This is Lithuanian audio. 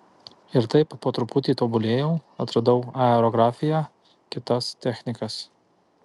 ir taip po truputį tobulėjau atradau aerografiją kitas technikas